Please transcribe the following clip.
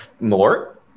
More